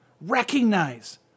recognize